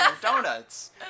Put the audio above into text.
donuts